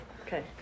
Okay